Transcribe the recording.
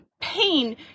pain